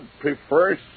prefers